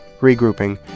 Regrouping